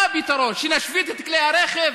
מה הפתרון, שנשבית את כלי הרכב?